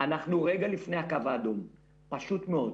אנחנו רגע לפני הקו האדום, פשוט מאוד.